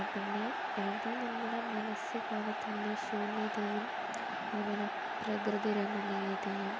പിന്നെ എഴുതാൻ നമ്മുടെ മനസ്സ് പോലെ തന്നെ ശൂന്യതയും അതുപോലെ പ്രകൃതിരമണീയതയും